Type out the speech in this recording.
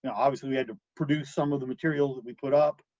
and obviously, we had to produce some of the material that we put up,